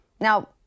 Now